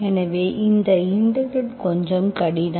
எனவே இந்த இன்டெகிரெட் கொஞ்சம் கடினம்